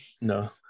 No